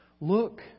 Look